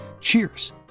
Cheers